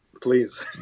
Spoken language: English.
please